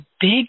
big